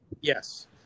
Yes